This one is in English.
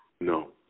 No